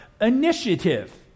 initiative